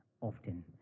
often